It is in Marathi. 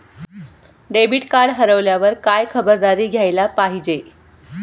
डेबिट कार्ड हरवल्यावर काय खबरदारी घ्यायला पाहिजे?